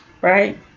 right